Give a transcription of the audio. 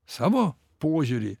savo požiūrį